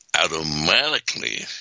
Automatically